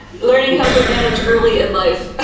learning how to manage early in life.